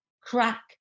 crack